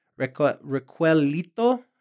Requelito